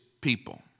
people